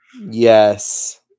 Yes